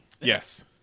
Yes